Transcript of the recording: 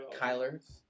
Kyler